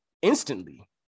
Instantly